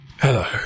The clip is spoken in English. Hello